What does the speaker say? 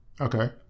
Okay